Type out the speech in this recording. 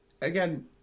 again